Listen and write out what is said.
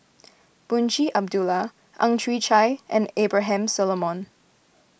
Munshi Abdullah Ang Chwee Chai and Abraham Solomon